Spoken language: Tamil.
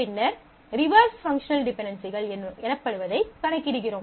பின்னர் ரிவெர்ஸ் பங்க்ஷனல் டிபென்டென்சிகள் எனப்படுவதை கணக்கிடுகிறோம்